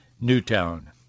Newtown